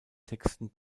texten